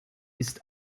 ist